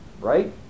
Right